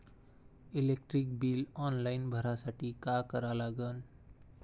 Electric bill online भरासाठी का करा लागन?